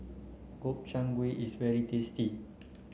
Gobchang Gui is very tasty